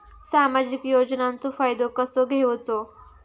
सामाजिक योजनांचो फायदो कसो घेवचो?